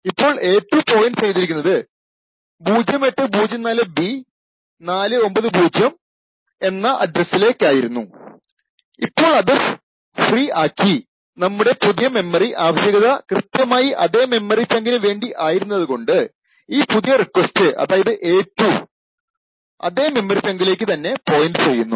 ഇപ്പോൾ a2 point ചെയ്തിരുന്നത് 0804B490 യിലേക്കായിരുന്നു ഇപ്പോൾ അത് ഫ്രീ ആക്കി നമ്മുടെ പുതിയ മെമ്മറി ആവശ്യകത കൃത്യമായി അതേ മെമ്മറി ചങ്കിനു വേണ്ടി ആയിരുന്നതുകൊണ്ട് ഈ പുതിയ റിക്വസ്റ്റ് അതായതു a2 അതേ മെമ്മറി ചങ്കിലേക്കു തന്നെ പോയിന്റ് ചെയ്യുന്നു